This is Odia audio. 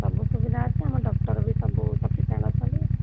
ସବୁ ସୁବିଧା ଅଛି ଆମ ଡକ୍ଟର୍ ବି ସବୁ ସଫିସେଣ୍ଟ୍ ଅଛନ୍ତି